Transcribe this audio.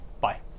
Bye